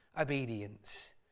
obedience